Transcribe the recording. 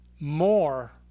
more